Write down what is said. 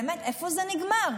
באמת, איפה זה נגמר?